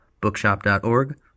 bookshop.org